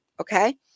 Okay